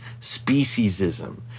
speciesism